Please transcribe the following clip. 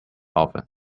oven